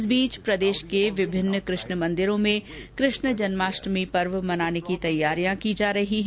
इस बीच प्रदेश के विभिन्न कृष्ण मंदिरों में जन्माष्टमी पर्व मनाने की तैयारियां की जा रही है